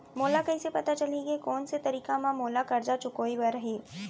मोला कइसे पता चलही के कोन से तारीक म मोला करजा चुकोय बर हे?